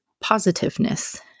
positiveness